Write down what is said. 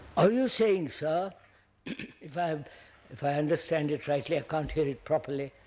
are you saying, so ah if i um if i understand it rightly i can't hear it properly